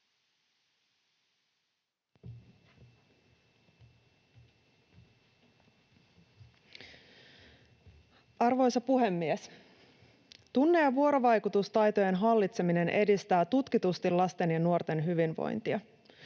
Arvoisa puhemies! Tunne‑ ja vuorovaikutustaitojen hallitseminen edistää tutkitusti lasten ja nuorten hyvinvointia.